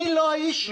אני לא האישיו.